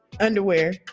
underwear